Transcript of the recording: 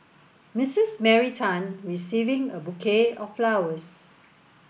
Missus Mary Tan receiving a bouquet of flowers